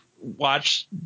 watch